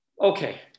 Okay